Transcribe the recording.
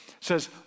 says